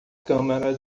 câmara